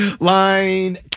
Line